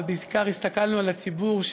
אבל בעיקר הסתכלנו על הציבור,